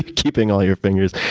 keeping all your fingers.